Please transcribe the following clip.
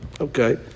Okay